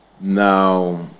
Now